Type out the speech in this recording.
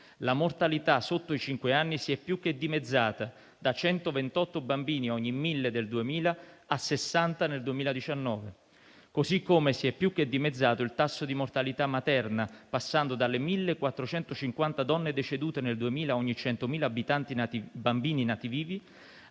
La mortalità sotto i cinque anni si è più che dimezzata: da 128 bambini ogni 1.000 del 2000 a 60 nel 2019; così come si è più che dimezzato il tasso di mortalità materna, passando dalle 1.450 donne decedute nel 2000, ogni 100.000 bambini nati vivi,